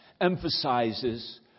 emphasizes